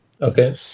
Okay